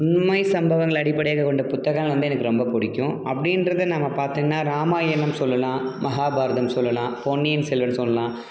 உண்மைச் சம்பவங்களை அடிப்படையாகக் கொண்ட புத்தகங்கள் வந்து எனக்கு ரொம்ப பிடிக்கும் அப்படின்றத நாம் பார்த்தீனா ராமாயணம் சொல்லலாம் மகாபாரதம் சொல்லலாம் பொன்னியின் செல்வன் சொல்லலாம்